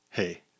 Hey